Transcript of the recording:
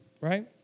right